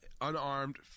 unarmed